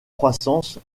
croissance